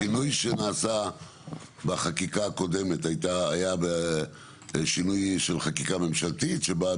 השינוי שנעשה בחקיקה הקודמת היה שינוי של חקיקה ממשלתית שבאה